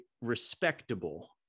respectable